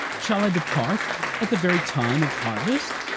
shall i depart at the very time of harvest?